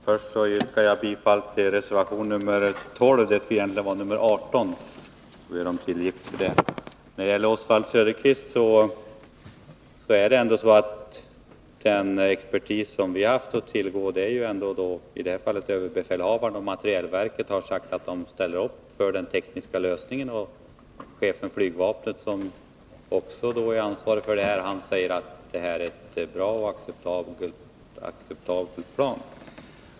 Herr talman! Jag vill säga till Oswald Söderqvist att den expertis vi har haft att tillgå — i det här fallet överbefälhavaren och materielverket — har sagt att man ställer upp för den tekniska lösningen. Dessutom säger chefen för flygvapnet, som också är ansvarig för detta, att det är ett bra och acceptabelt plan.